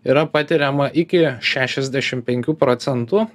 yra patiriama iki šešiasdešim penkių procentų